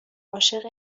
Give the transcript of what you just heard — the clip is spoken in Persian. عاشق